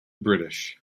british